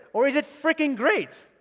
or is it fricking great?